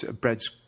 Bread's